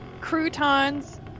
croutons